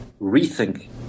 rethink